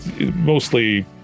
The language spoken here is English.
Mostly